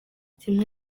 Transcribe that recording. kimwe